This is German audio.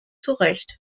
zurecht